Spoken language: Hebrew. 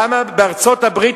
למה בארצות-הברית,